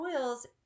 oils